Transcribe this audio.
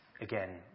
again